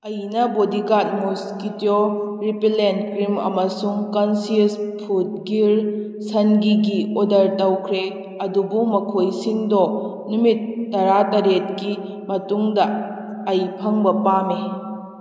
ꯑꯩꯅ Bodyguard mosquito repellent cream ꯑꯃꯁꯨꯡ conscious food ꯒꯤꯔ ꯁꯟꯒꯤ ꯘꯤ ꯑꯣꯔꯗꯔ ꯇꯧꯈ꯭ꯔꯦ ꯑꯗꯨꯕꯨ ꯃꯈꯣꯏꯁꯤꯡꯗꯣ ꯅꯨꯃꯤꯠ ꯇꯔꯥꯇꯔꯦꯠꯀꯤ ꯃꯇꯨꯡꯗꯥ ꯑꯩ ꯐꯪꯕ ꯄꯥꯝꯏ